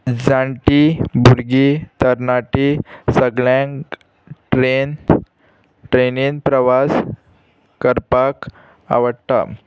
जाणटी भुरगीं तरणाटी सगळ्यांक ट्रेन ट्रेनीन प्रवास करपाक आवडटा